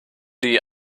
die